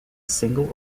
single